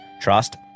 trust